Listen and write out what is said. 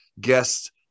guests